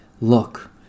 Look